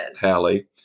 Hallie